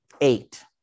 eight